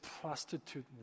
prostitute